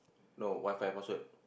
no Wi-Fi password